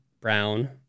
Brown